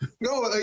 No